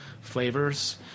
flavors